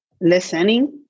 listening